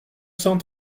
cent